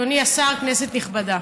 אדוני השר, כנסת נכבדה,